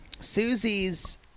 Susie's